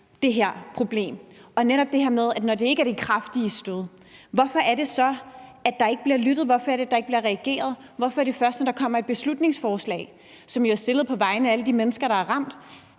det her problem, altså netop det her med, at der ikke er det kraftige stød, hvorfor bliver der så ikke lyttet, hvorfor bliver der så ikke reageret? Hvorfor er det først, når der kommer et beslutningsforslag, som jo er fremsat på vegne af alle de mennesker, der er ramt,